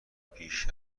بیش